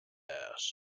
asked